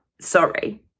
sorry